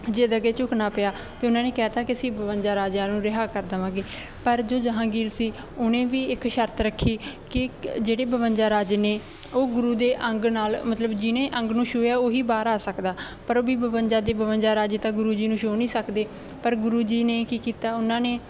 ਜਿੱਦ ਅੱਗੇ ਝੁਕਣਾ ਪਿਆ ਅਤੇ ਉਹਨਾਂ ਨੇ ਕਹਿ ਦਿੱਤਾ ਕਿ ਅਸੀਂ ਬਵੰਜਾ ਰਾਜਿਆ ਨੂੰ ਰਿਹਾਅ ਕਰ ਦੇਵਾਂਗੇ ਪਰ ਜੋ ਜਹਾਂਗੀਰ ਸੀ ਉਹਨੇ ਵੀ ਇੱਕ ਸ਼ਰਤ ਰੱਖੀ ਕਿ ਜਿਹੜੇ ਬਵੰਜੇ ਰਾਜੇ ਨੇ ਉਹ ਗੁਰੂ ਦੇ ਅੰਗ ਨਾਲ ਮਤਲਬ ਜਿਹਨੇ ਅੰਗ ਨੂੰ ਛੂਹਿਆ ਉਹ ਹੀ ਬਾਹਰ ਆ ਸਕਦਾ ਪਰ ਉਹ ਵੀ ਬਵੰਜਾ ਦੇ ਬਵੰਜਾ ਰਾਜੇ ਤਾਂ ਗੁਰੂ ਜੀ ਨੂੰ ਛੂਹ ਨਹੀਂ ਸਕਦੇ ਪਰ ਗੁਰੂ ਜੀ ਨੇ ਕੀ ਕੀਤਾ ਉਹਨਾਂ ਨੇ